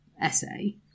essay